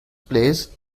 plays